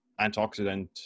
antioxidant